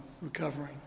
recovering